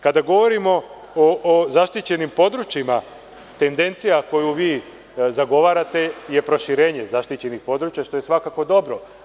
Kada govorimo o zaštićenim područjima, tendencija koju vi zagovarate je proširenje zaštićenih područja, što je svakako dobro.